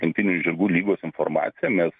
lenktyninių žirgų lygos informaciją mes